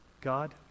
God